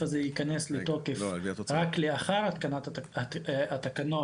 הזה ייכנס לתוקף רק לאחר התקנת התקנות,